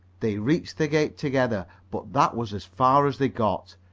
they reached the gate together, but that was as far as they got,